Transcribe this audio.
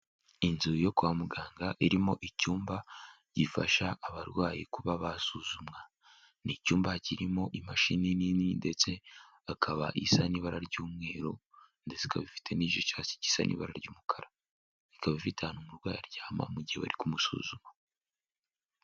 Inzu yo kwa muganga irimo icyumba gifasha abarwayi kuba basuzumwa. N'icyumba kirimo imashini nini, ndetse akaba isa n'ibara ry'umweru, ndetse ikaba ifite n'igicyatsi gisa n'ibara ry'umukara. Ikaba ifite ahantu umurwayi aryama mu gihe bari kumusuzuma.